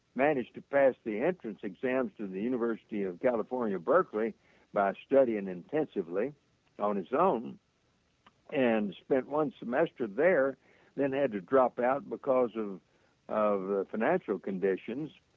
managed to pass the entrance exam to the university of california berkeley by studying intensively on his own and spent one semester there then had to drop out because of of financial conditions